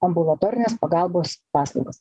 ambulatorinės pagalbos paslaugas